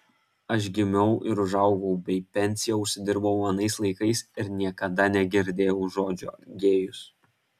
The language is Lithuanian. aš gimiau ir užaugau bei pensiją užsidirbau anais laikais ir niekada negirdėjau žodžio gėjus